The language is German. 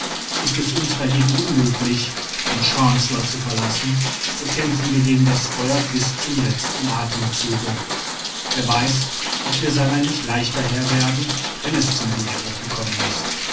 ist es uns dagegen unmöglich den chancellor zu verlassen so kämpfen wir gegen das feuer bis zum letzten athemzuge wer weiß ob wir seiner nicht leichter herr werden wenn es zum durchbruch gekommen ist